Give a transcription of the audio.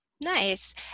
Nice